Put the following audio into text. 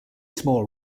small